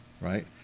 right